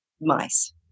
mice